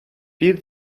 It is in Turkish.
bir